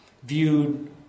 viewed